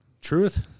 Truth